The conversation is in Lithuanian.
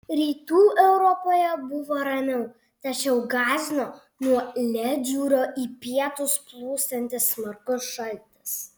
rytų europoje buvo ramiau tačiau gąsdino nuo ledjūrio į pietus plūstantis smarkus šaltis